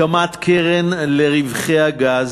הקמת קרן לרווחי הגז,